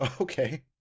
Okay